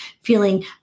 feeling